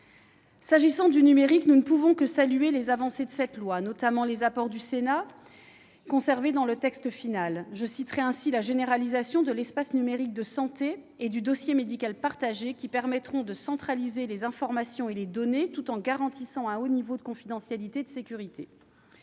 S'agissant du numérique, nous ne pouvons que saluer les avancées de cette loi, notamment les apports du Sénat conservés dans le texte final. Je citerais ainsi la généralisation de l'espace numérique de santé et du dossier médical partagé, qui permettront de centraliser les informations et les données, tout en garantissant un haut niveau de confidentialité et de sécurité.